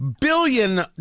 billion